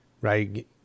right